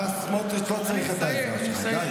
השר סמוטריץ' לא צריך את העזרה שלך, די.